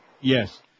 Yes